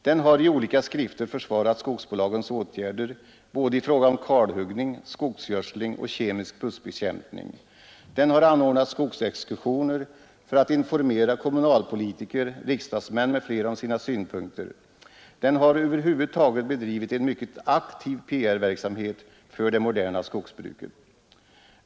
Den har i olika skrifter försvarat skogsbolagens åtgärder i fråga om såväl kalhuggning som skogsgödsling och kemisk buskbekämpning, den har anordnat skogsexkursioner för att informera kommunalpolitiker, riksdagsmän m.fl. om sina synpunkter, den har över huvud taget bedrivit en mycket aktiv PR-verksamhet för det moderna skogsbruket.